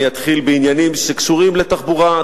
אני אתחיל בעניינים שקשורים לתחבורה.